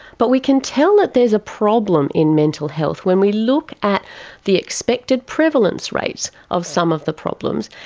but we can tell that there is a problem in mental health when we look at the expected prevalence rates of some of the problems,